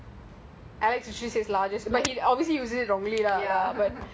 and alex says you still say lah